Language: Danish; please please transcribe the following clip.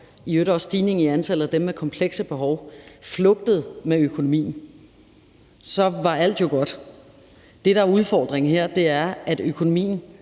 også stigningen i antallet af dem med komplekse behov, flugtede med økonomien, så var alt jo godt. Det, der er udfordringen her, er, at økonomien